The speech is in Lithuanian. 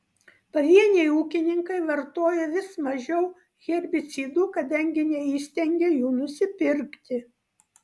pavieniai ūkininkai vartoja vis mažiau herbicidų kadangi neįstengia jų nusipirkti